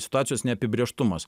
situacijos neapibrėžtumas